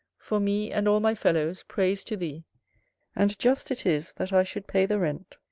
for me, and all my fellows, praise to thee and just it is, that i should pay the rent,